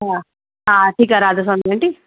हा हा ठीकु आहे राधा स्वामी आंटी